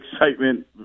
excitement